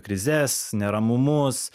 krizes neramumus